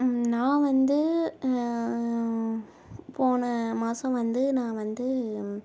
நான் வந்து போன மாசம் வந்து நான் வந்து